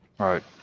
Right